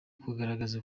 ukugaragaza